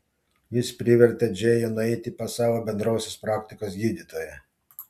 jis privertė džėjų nueiti pas savo bendrosios praktikos gydytoją